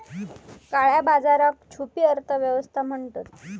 काळया बाजाराक छुपी अर्थ व्यवस्था म्हणतत